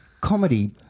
comedy